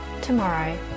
tomorrow